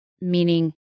meaning